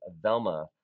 Velma